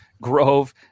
Grove